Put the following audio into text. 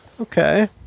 Okay